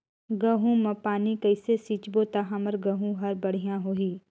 गहूं म पानी कइसे सिंचबो ता हमर गहूं हर बढ़िया होही?